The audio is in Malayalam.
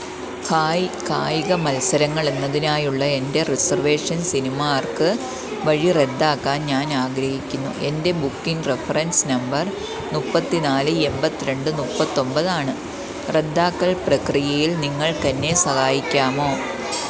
ഹായ് കായിക മത്സരങ്ങൾ എന്നതിനായുള്ള എൻ്റെ റിസർവേഷൻ സിനിമാർക്ക് വഴി റദ്ദാക്കാൻ ഞാൻ ആഗ്രഹിക്കുന്നു എൻ്റെ ബുക്കിംഗ് റെഫറൻസ് നമ്പർ മുപ്പത്തി നാല് എൺപത്തി രണ്ട് മുപ്പത്തി ഒൻപതാണ് റദ്ദാക്കൽ പ്രക്രിയയിൽ നിങ്ങൾക്കെന്നെ സഹായിക്കാമോ